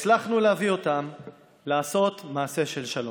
והצלחנו להביא אותן לעשות מעשה של שלום.